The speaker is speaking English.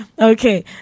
okay